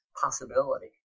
possibility